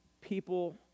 people